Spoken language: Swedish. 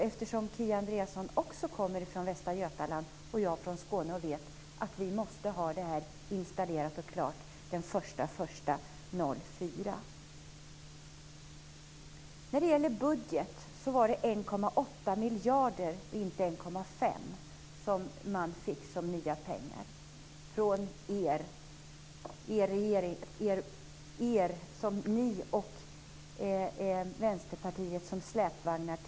Eftersom Kia Andreasson kommer från Västra Götaland och jag från Skåne vet vi att det här måste vara installerat och klart den 1 januari 2004. När det gäller budgeten var det 1,8 miljarder kronor och inte 1,5 miljarder som polisen fick som nya pengar av regeringen och av er och Vänsterpartiet som dess släpvagnar.